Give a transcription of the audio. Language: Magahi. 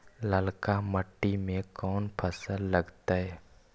ललका मट्टी में कोन फ़सल लगतै?